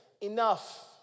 enough